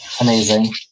Amazing